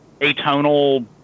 atonal